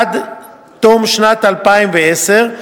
עד תום שנת 2010,